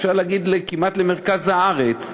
אפשר להגיד, כמעט למרכז הארץ.